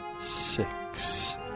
six